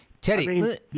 Teddy